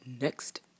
next